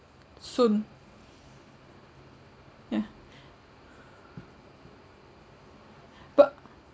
soon yeah but